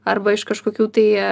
arba iš kažkokių tai